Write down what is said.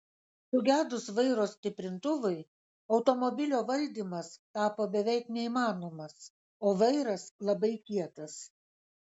sugedus vairo stiprintuvui automobilio valdymas tapo beveik neįmanomas o vairas labai kietas